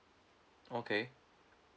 okay